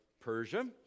Persia